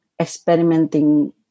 experimenting